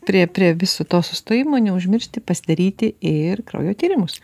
prie prie viso to sustojimo neužmiršti pasidaryti ir kraujo tyrimus